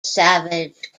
savage